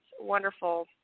wonderful